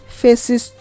faces